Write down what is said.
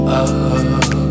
up